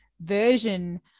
version